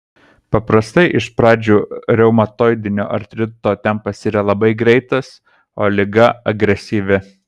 paprastai iš pradžių reumatoidinio artrito tempas yra labai greitas o liga agresyvi